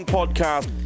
podcast